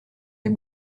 les